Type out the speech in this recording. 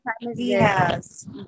yes